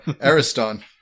Ariston